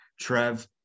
Trev